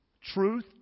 Truth